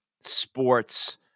sports